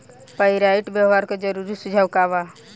Pyrite व्यवहार के जरूरी सुझाव का वा?